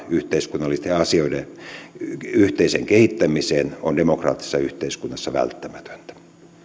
yhteiskunnallisten asioiden yhteiseen kehittämiseen on demokraattisessa yhteiskunnassa välttämätöntä